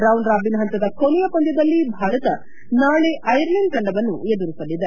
round robin ಹಂತದ ಕೊನೆಯ ಪಂದ್ಲದಲ್ಲಿ ಭಾರತ ನಾಳೆ ಐರ್ಲೆಂಡ್ ತಂಡವನ್ನು ಎದುರಿಸಲಿದೆ